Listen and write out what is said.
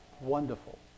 wonderful